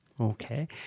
Okay